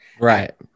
right